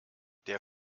der